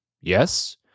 Yes